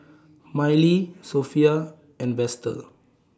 Mylee Sophia and Vester